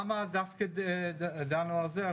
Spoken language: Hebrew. למה דווקא זה עכשיו?